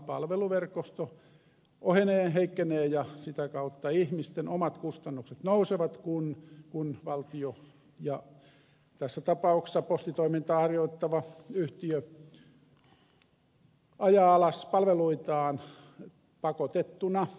palveluverkosto ohenee heikkenee ja sitä kautta ihmisten omat kustannukset nousevat kun valtio ja tässä tapauksessa postitoimintaa harjoittava yhtiö ajaa alas palveluitaan pakotettuna ylhäältä